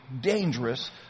dangerous